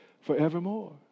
forevermore